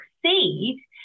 succeed